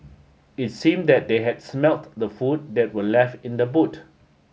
it seem that they had smelt the food that were left in the boot